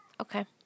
Okay